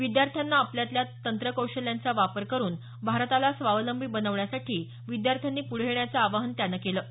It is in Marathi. विद्यार्थ्यांना आपल्यातल्या तंत्र कौशल्यांचा वापर करून भारताला स्वावलंबी बनवण्यासाठी विद्यार्थ्यांनी पूढे येण्याचं आवाहन त्यानं केलं आहे